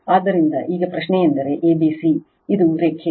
ಆದ್ದರಿಂದ ಈಗ ಪ್ರಶ್ನೆಯೆಂದರೆ a b c ಇದು ರೇಖೆ